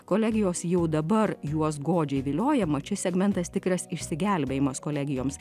kolegijos jau dabar juos godžiai vilioja mat šis segmentas tikras išsigelbėjimas kolegijoms